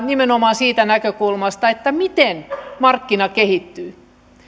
nimenomaan siitä näkökulmasta miten markkina kehittyy